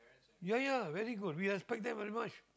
ya ya very good we respect them very much